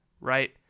right